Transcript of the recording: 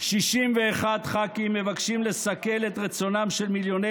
61 ח"כים מבקשים לסכל את רצונם של מיליוני